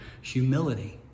humility